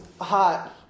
hot